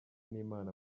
n’imana